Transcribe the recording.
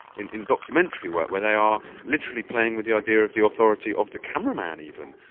in documentary work where they are literally playing with the idea of the authority of the cameraman even,